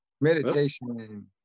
meditation